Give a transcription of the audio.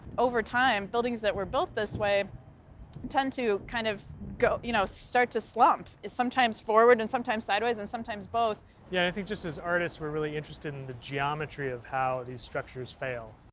over time, buildings that were built this way tend to kind of, go, you know, start to slump. it's sometimes forward and sometimes sideways and sometimes both. yeah, and i think just as artists, we're really interested in the geometry of how these structures fail.